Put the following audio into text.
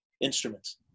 instruments